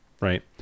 Right